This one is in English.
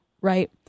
right